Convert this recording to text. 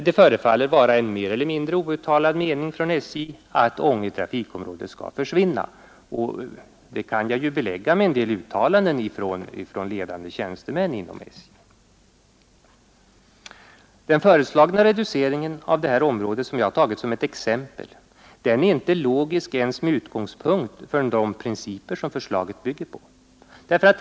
Det förefaller vara en mer eller mindre outtalad mening inom SJ att Ånge trafikområde skall försvinna; detta kan jag belägga med uttalanden från ledande håll inom SJ. Den föreslagna reduceringen av detta område — som jag har tagit som ett exempel — är inte logisk ens med utgångspunkt i de principer som förslaget bygger på.